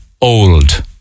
old